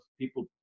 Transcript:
people